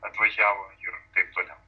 atvažiavo ir taip toliau